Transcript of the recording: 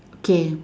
K